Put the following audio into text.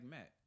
Matt